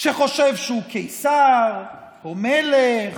שחושב שהוא קיסר או מלך,